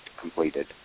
completed